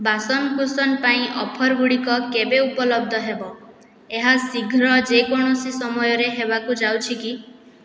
ବାସନ କୁସନ ପାଇଁ ଅଫର୍ ଗୁଡ଼ିକ କେବେ ଉପଲବ୍ଧ ହେବ ଏହା ଶୀଘ୍ର ଯେକୌଣସି ସମୟରେ ହେବାକୁ ଯାଉଛି କି